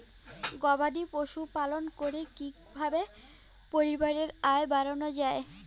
গবাদি পশু পালন করে কি কিভাবে পরিবারের আয় বাড়ানো যায়?